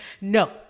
No